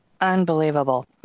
Unbelievable